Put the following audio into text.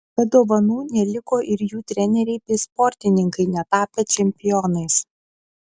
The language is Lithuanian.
be dovanų neliko ir jų treneriai bei sportininkai netapę čempionais